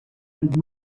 and